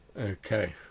Okay